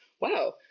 Wow